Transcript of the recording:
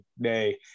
day